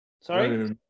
Sorry